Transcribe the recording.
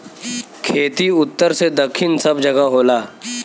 खेती उत्तर से दक्खिन सब जगह होला